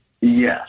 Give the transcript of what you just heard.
Yes